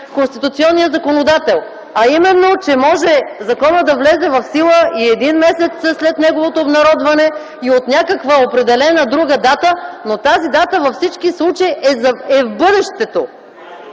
конституционният законодател, а именно, че законът може да влезе в сила и един месец след неговото обнародване и от някаква определена друга дата, но тази дата във всички случаи е в бъдещето.